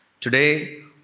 Today